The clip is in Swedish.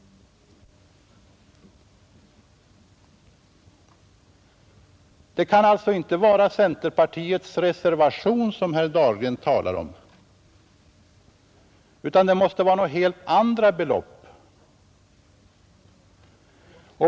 Det kan alltså inte vara centerpartiets reservation som herr Dahlgren talar om utan det måste vara helt andra belopp.